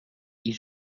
ils